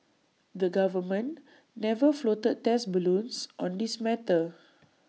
the government never floated 'test balloons' on this matter